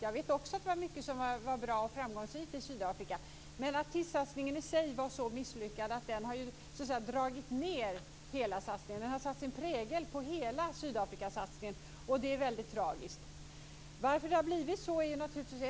Jag vet att mycket också var bra och framgångsrikt i Sydafrika, men artistsatsningen var i sig så misslyckad att den har dragit ned hela satsningen. Den har satt sin prägel på Sydafrikasatsningen i dess helhet, och det är väldigt tragiskt.